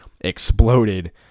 exploded